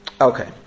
Okay